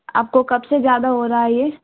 آپ کو کب سے زیادہ ہو رہا ہے یہ